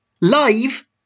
live